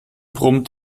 brummt